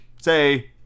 say